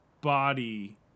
body